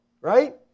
Right